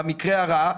במקרה הרע,